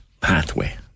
pathway